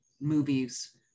movie's